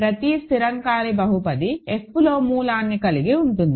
ప్రతి స్థిరం కాని బహుపది F లో మూలాన్ని కలిగి ఉంటుంది